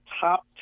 top